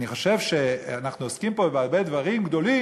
אני חושב שאנחנו עוסקים פה בהרבה דברים גדולים,